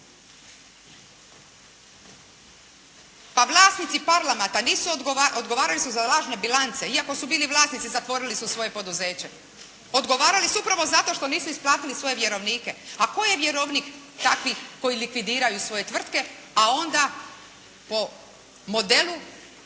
Pa vlasnici Parlamata nisu odgovarali, odgovarali su za lažne bilance, iako su bili vlasnici, zatvorili su svoje poduzeće. Odgovarali su upravo zato što nisu isplatiti svoje vjerovnike. A tko je vjerovnik takvih koji likvidiraju svoje tvrtke a onda po modelu